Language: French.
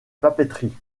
papeterie